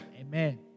Amen